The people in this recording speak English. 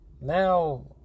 now